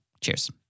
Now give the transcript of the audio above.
Cheers